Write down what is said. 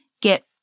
get